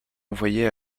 envoyé